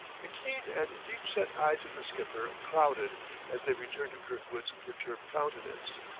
the keen and deep-set eyes of the skipper clouded as they returned to kirkwood's perturbed countenance.